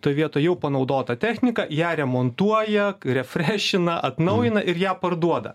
toj vietoj jau panaudotą techniką ją remontuoja refrešina atnaujina ir ją parduoda